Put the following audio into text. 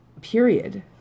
Period